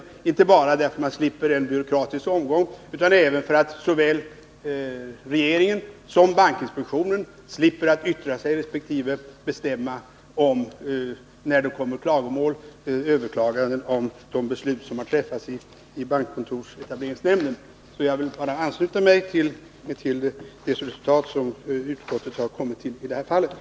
Anledningen är inte bara att man slipper en byråkratisk omgång, utan även att såväl regeringen som bankinspektionen inte behöver yttra sig över resp. bestämma i de fall där beslut som har fattats av nämnden har överklagats. Jag vill därför ansluta mig till det resultat som utskottet i detta fall har kommit fram till.